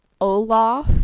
Olaf